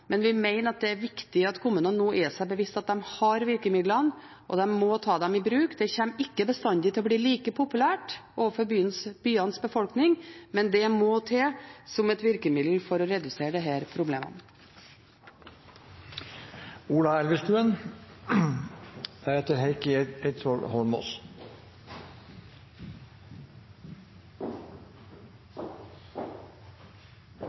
men vi mener at det er viktig at kommunene nå er seg bevisst at de har virkemidlene, og de må ta dem i bruk. Det kommer ikke bestandig til å bli like populært overfor byenes befolkning, men det må til som et virkemiddel for å redusere dette problemet. Vi må få ned luftforurensningen i de